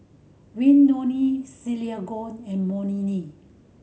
Willodean Sergio and